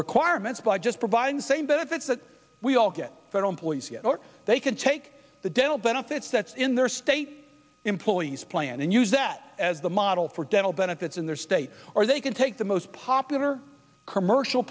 requirements by just providing the same benefits that we all get federal employees they can take the dental benefits that's in their state employees plan and use that as the model for dental benefits in their state or they can take the most popular commercial